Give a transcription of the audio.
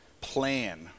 plan